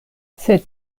sed